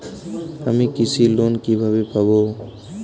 আমি কৃষি লোন কিভাবে পাবো?